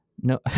No